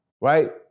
right